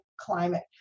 climate